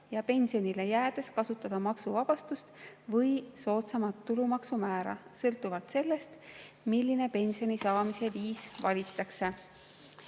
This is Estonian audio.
ja pensionile jäädes kasutada maksuvabastust või soodsamat tulumaksu määra sõltuvalt sellest, milline pensioni saamise viis valitakse.